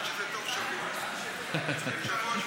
בתנאי שזה תוך שבוע, אני אענה לך כבר.